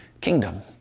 kingdom